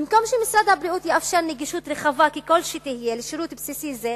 במקום שמשרד הבריאות יאפשר נגישות רחבה של שירות בסיסי זה,